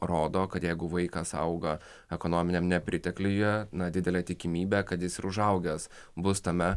rodo kad jeigu vaikas auga ekonominiam nepritekliuje na didelė tikimybė kad jis ir užaugęs bus tame